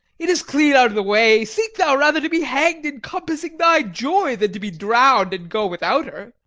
it is clean out of the way seek thou rather to be hanged in compassing thy joy than to be drowned and go without her.